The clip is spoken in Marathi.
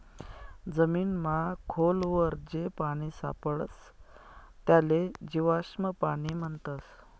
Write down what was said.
जमीनमा खोल वर जे पानी सापडस त्याले जीवाश्म पाणी म्हणतस